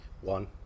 One